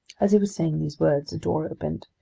as he was saying these words, the door opened.